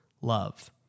love